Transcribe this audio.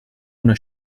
una